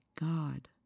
God